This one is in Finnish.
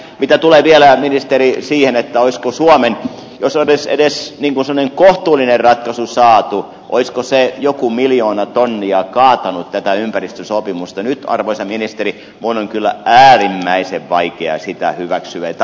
mitä tulee vielä ministeri siihen olisiko suomen jos olisi edes sellainen kohtuullinen ratkaisu saatu joku miljoona tonnia kaatanut tätä ympäristösopimusta nyt arvoisa ministeri minun on kyllä äärimmäisen vaikea sitä ymmärtää